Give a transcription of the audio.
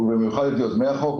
במיוחד את יוזמי החוק,